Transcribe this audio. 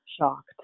shocked